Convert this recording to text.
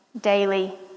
daily